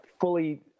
fully